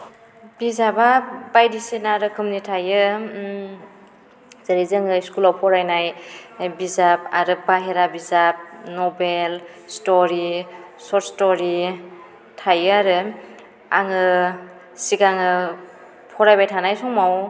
बिजाबा बायदिसिना रोखोमनि थायो जेरै जोङो स्कुलाव फरायनाय बिजाब आरो बाहेरा बिजाब नबेल स्ट'रि शर्ट स्ट'रि थायो आरो आङो सिगाङो फरायबाय थानाय समाव